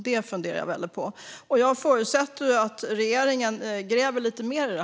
Det funderar jag mycket på, och jag förutsätter att regeringen gräver lite mer i det.